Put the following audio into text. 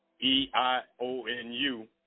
E-I-O-N-U